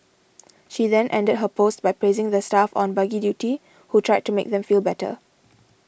she then ended her post by praising the staff on buggy duty who tried to make them feel better